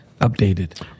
updated